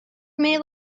may